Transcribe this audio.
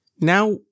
Now